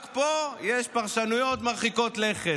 רק פה יש פרשנויות מרחיקות לכת,